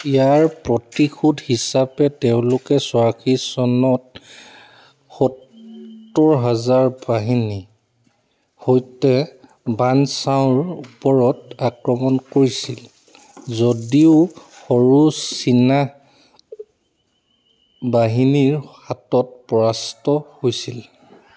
ইয়াৰ প্ৰতিশোধ হিচাপে তেওঁলোকে ছয়াশী চনত সত্তৰ হাজাৰ বাহিনীৰ সৈতে বান চাওৰ ওপৰত আক্ৰমণ কৰিছিল যদিও সৰু চীনা বাহিনীৰ হাতত পৰাস্ত হৈছিল